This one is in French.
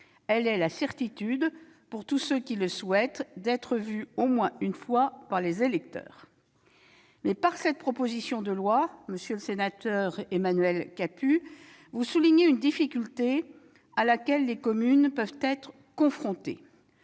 Elle est la certitude, pour tous ceux qui le souhaitent, d'être vus au moins une fois par les électeurs. Par cette proposition de loi, monsieur le sénateur Capus, vous soulignez une difficulté à laquelle les communes peuvent être confrontées